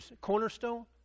cornerstone